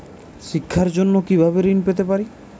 শিক্ষার জন্য কি ভাবে ঋণ পেতে পারি?